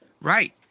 Right